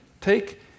take